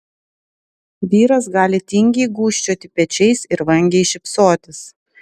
vyras gali tingiai gūžčioti pečiais ir vangiai šypsotis